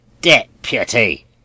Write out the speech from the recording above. DEPUTY